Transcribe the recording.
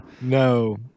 no